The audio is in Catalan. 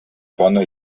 bona